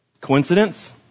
Coincidence